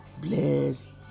bless